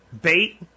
bait